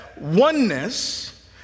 oneness